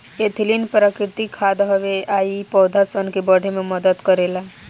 ethylene प्राकृतिक खाद हवे आ इ पौधा सन के बढ़े में मदद करेला